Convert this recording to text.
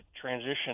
transition